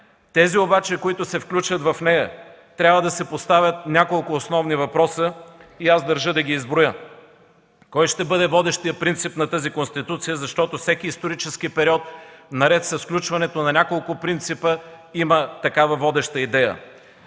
Тези обаче, които се включат в нея, трябва да си поставят няколко основни въпроса и аз държа да ги изброя. Кой ще бъде водещият принцип на тази конституция, защото всеки исторически период, наред с включването на няколко принципа, има такава водеща идея?